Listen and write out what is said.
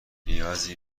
نیازی